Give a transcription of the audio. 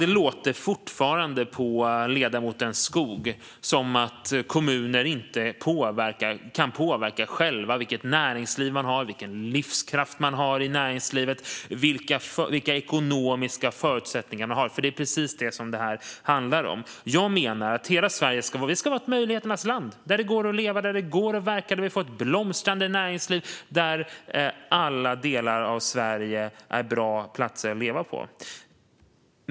Det låter fortfarande på ledamoten Skog som att kommuner själva inte kan påverka vilket näringsliv man har, vilken livskraft näringslivet har eller vilka ekonomiska förutsättningar man har, för det är precis detta som det handlar om. Jag menar att hela Sverige ska vara ett möjligheternas land där det går att leva, där det går att verka, där vi får ett blomstrande näringsliv och där alla delar av landet är bra platser att leva på.